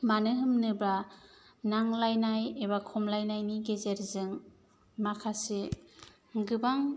मानो होनोब्ला नांज्लायनाय एबा खमलायनायनि गेजेरजों माखासे गोबां